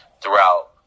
throughout